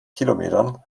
kilometern